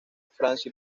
francia